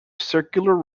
circular